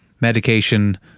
medication